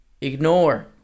Ignore